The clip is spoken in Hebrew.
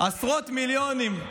עשרות מיליונים.